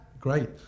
Great